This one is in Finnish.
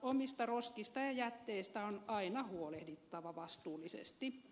omista roskista ja jätteistä on aina huolehdittava vastuullisesti